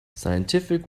scientific